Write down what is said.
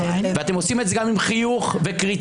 ואתם עושים את זה גם עם חיוך וקריצה,